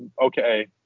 okay